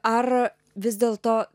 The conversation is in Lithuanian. ar vis dėlto